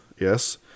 Yes